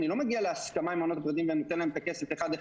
אני לא מגיע להסכמה עם המעונות הפרטיים ונותן להם את הכסף אחד אחד,